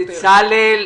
בצלאל,